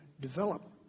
develop